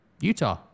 Utah